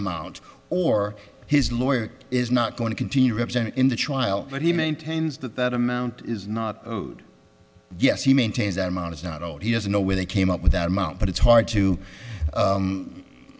amount or his lawyer is not going to continue represented in the trial but he maintains that that amount is not yes he maintains that amount is not owed he doesn't know where they came up with that amount but it's hard to